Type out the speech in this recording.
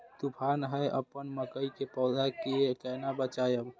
तुफान है अपन मकई के पौधा के केना बचायब?